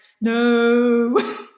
no